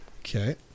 Okay